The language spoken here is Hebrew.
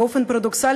באופן פרדוקסלי,